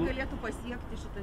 galėtų pasiekti šita